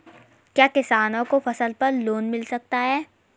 क्या किसानों को फसल पर लोन मिल सकता है?